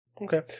Okay